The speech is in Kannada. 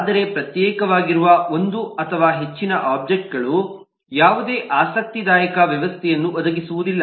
ಆದರೆ ಪ್ರತ್ಯೇಕವಾಗಿರುವ ಒಂದು ಅಥವಾ ಹೆಚ್ಚಿನ ಒಬ್ಜೆಕ್ಟ್ಗಳು ಯಾವುದೇ ಆಸಕ್ತಿದಾಯಕ ವ್ಯವಸ್ಥೆಯನ್ನು ಒದಗಿಸುವುದಿಲ್ಲ